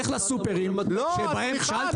לך לסופרים שבהם --- לא,